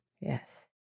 Yes